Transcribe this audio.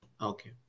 Okay